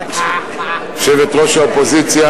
יושבת-ראש האופוזיציה,